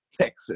Texas